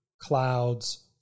clouds